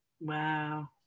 Wow